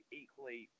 equally